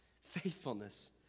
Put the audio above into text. faithfulness